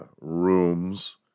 rooms